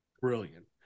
Brilliant